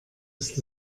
ist